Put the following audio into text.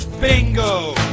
Bingo